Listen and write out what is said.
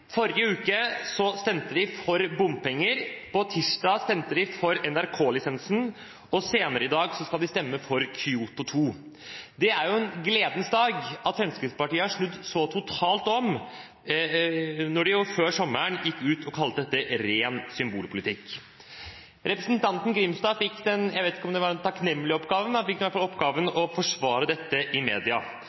Forrige uke stemte de for bompenger, på tirsdag stemte de for NRK-lisensen, og senere i dag skal de stemme for Kyoto 2. Det er jo en gledens dag at Fremskrittspartiet har snudd så totalt om, når de før sommeren gikk ut og kalte det ren symbolpolitikk. Representanten Grimstad fikk – jeg vet ikke om det var en takknemlig oppgave, men i hvert fall – oppgaven å forsvare dette i media.